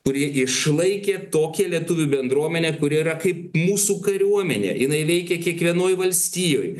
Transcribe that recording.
kurie išlaikė tokią lietuvių bendruomenę kuri yra kaip mūsų kariuomenė jinai veikia kiekvienoj valstijoj